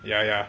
ya ya